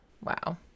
wow